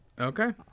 Okay